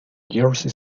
jersey